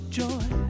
joy